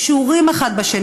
קשורים זה לזה.